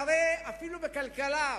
הרי אפילו בכלכלה,